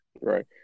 Right